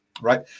right